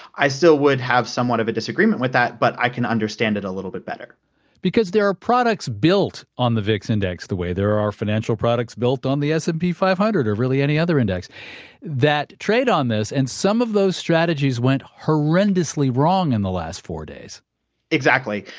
i still would have somewhat of a disagreement with that, but i can understand it a little bit better because there are products built on the vix index the way there are financial products built on the s and p five hundred or really any other index that trade on this. and some of those strategies went horrendously wrong in the last four days exactly.